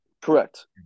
Correct